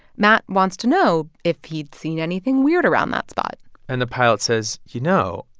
matt wants to know if he'd seen anything weird around that spot and the pilot says, you know,